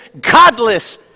godless